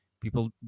people